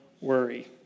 worry